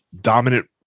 dominant